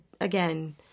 again